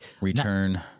Return